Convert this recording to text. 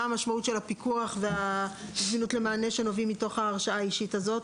מה משמעות הפיקוח והזמינות למענה שנובעים מתוך ההרשאה האישית הזאת,